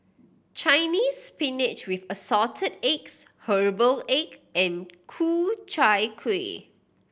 Chinese Spinach with Assorted Eggs herbal egg and Ku Chai Kuih